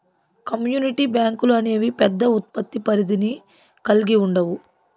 community బ్యాంకులు అనేవి పెద్ద ఉత్పత్తి పరిధిని కల్గి ఉండవు